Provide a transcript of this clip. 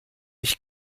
ich